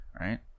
Right